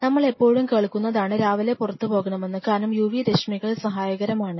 നമ്മൾ എപ്പോഴും കേൾക്കുന്നതാണ് രാവിലെ പുറത്തു പോകണമെന്ന് കാരണം U V രശ്മികൾ സഹായകരമാണ്